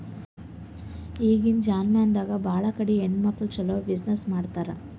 ಈಗಿನ್ ಜಮಾನಾದಾಗ್ ಭಾಳ ಕಡಿ ಹೆಣ್ಮಕ್ಕುಳ್ ಛಲೋನೆ ಬಿಸಿನ್ನೆಸ್ ಮಾಡ್ಲಾತಾರ್